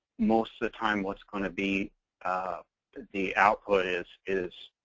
most of the time what's going to be the output is is